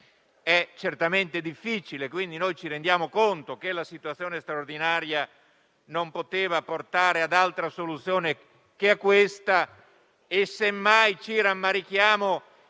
è certamente difficile. Noi ci rendiamo conto che la situazione straordinaria non poteva portare ad altra soluzione che a quella in esame, e semmai ci rammarichiamo